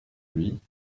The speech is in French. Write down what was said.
lui